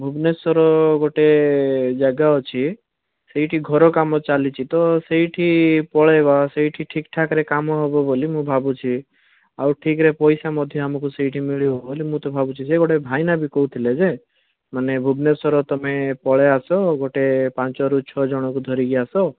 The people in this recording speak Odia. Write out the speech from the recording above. ଭୁବନେଶ୍ୱର ଗୋଟେ ଜାଗା ଅଛି ସେଇଠି ଘର କାମ ଚାଲିଛି ତ ସେଇଠି ପଳେଇବା ସେଇଠି ଠିକ୍ ଠାକ୍ ରେ କାମ ହେବ ବୋଲି ମୁଁ ଭାବୁଛି ଆଉ ଠିକ୍ ରେ ପଇସା ମଧ୍ୟ ଆମକୁ ସେଇଠି ମିଳିବ ବୋଲି ମୁଁ ତ ଭାବୁଛିଯେ ଗୋଟେ ଭାଇନା କହୁଥିଲେ ଯେ ମାନେ ଭୁବନେଶ୍ୱର ତମେ ପଳେଇ ଆସ ଗୋଟେ ପାଞ୍ଚରୁ ଛଅଜଣକୁ ଧରିକି ଆସ